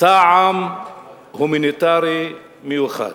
טעם הומניטרי מיוחד.